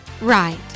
Right